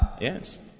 Yes